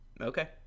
okay